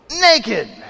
naked